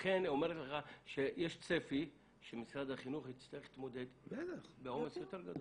לכן אומרת לך שיש צפי שמשרד החינוך יצטרך להתמודד בעומס יותר גדול.